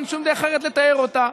אין שום דרך אחרת לתאר אותה.